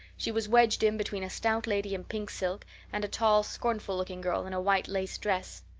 she was wedged in between a stout lady in pink silk and a tall, scornful-looking girl in a white-lace dress.